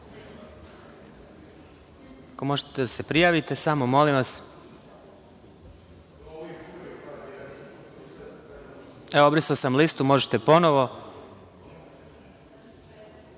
možete da se prijavite samo, molim vas. Evo obrisao sam listu, možete ponovo. Imam